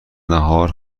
نهار